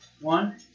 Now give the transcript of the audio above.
One